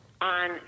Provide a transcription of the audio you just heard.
on